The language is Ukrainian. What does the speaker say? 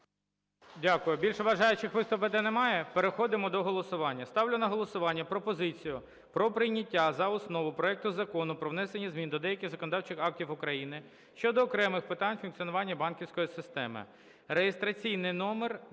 Дякую. Більше бажаючих виступити немає? Переходимо до голосування. Ставлю на голосування пропозицію про прийняття за основу проекту Закону про внесення змін до деяких законодавчих актів України щодо окремих питань функціонування банківської системи